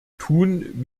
tun